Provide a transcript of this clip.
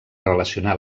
relacionar